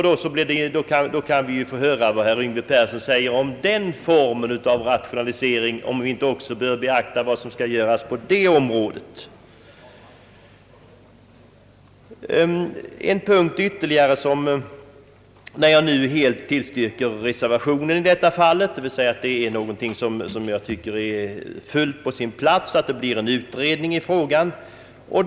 Då kan vi ju få höra vad herr Yngve Persson säger om den formen av rationalisering. Bör vi inte beakta även vad som skall göras på det området? Jag tillstyrker helt reservationen i detta fall. Jag tycker att det är fullt på sin plats med en utredning i denna fråga.